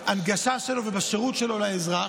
בהנגשה שלו ובשירות שלו לאזרח.